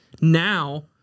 now